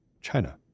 China